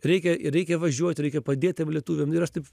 reikia reikia važiuot reikia padėt tiem lietuviam nu ir aš taip